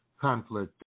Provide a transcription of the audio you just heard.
conflict